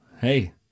Hey